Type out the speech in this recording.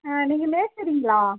நீங்கள் மேஸ்திரிங்களா